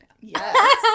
yes